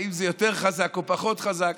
האם זה יותר חזק או פחות חזק?